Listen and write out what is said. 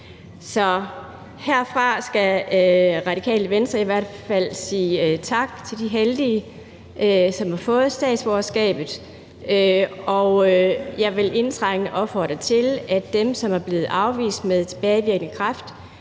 Herfra skal Radikale Venstre i hvert fald sige tak til de heldige, som har fået statsborgerskab. Og jeg vil indtrængende opfordre til, at dem, som er blevet afvist med tilbagevirkende kraft,